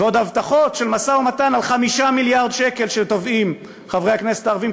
ועוד הבטחות של משא-ומתן על 5 מיליארד שקל שתובעים חברי הכנסת הערבים,